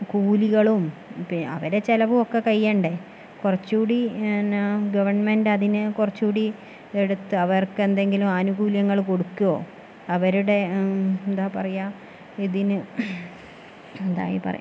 കൂലികളും പി അവരുടെ ചിലവും ഒക്കെ കഴിയണ്ടേ കുറച്ചുകൂടി എന്നാൽ ഗവൺമെൻറ് അതിന് കുറച്ചുകൂടി എടുത്ത് അവർക്ക് എന്തെങ്കിലും ആനുകൂല്യങ്ങൾ കൊടുക്കുകയോ അവരുടെ എന്താ പറയുക ഇതിന് എന്താ പറയുക